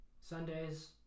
Sundays